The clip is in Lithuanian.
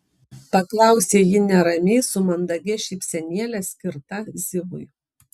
paklausė ji neramiai su mandagia šypsenėle skirta zivui